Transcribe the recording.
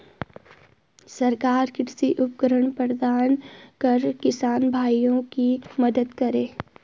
सरकार कृषि उपकरण प्रदान कर किसान भाइयों की मदद करें